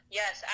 yes